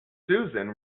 susan